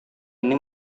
ini